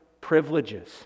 privileges